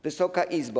Wysoka Izbo!